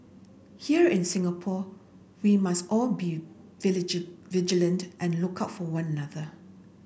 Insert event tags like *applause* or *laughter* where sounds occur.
here in Singapore we must all be *unintelligible* vigilant and look out for one another